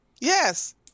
Yes